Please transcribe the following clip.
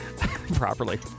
properly